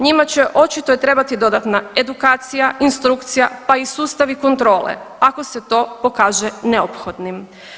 Njima će očito trebati dodatna edukacija, instrukcija, pa i sustavi kontrole ako se to pokaže neophodnim.